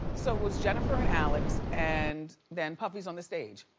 so it was jennifer and alex and then puffy's on the stage.